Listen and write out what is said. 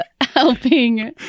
helping